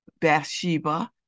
Bathsheba